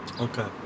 Okay